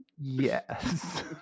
Yes